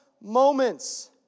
moments